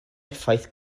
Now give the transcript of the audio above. effaith